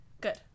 Good